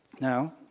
Now